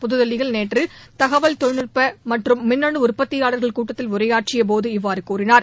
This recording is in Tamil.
புதுதில்லியில் நேற்று தகவல் தொழில்நுட்ப மற்றும் மின்னனு உற்பத்தியாளர்கள் கூட்டத்தில் உரையாற்றிய போது இவ்வாறு கூறினார்